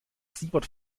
siebert